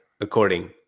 according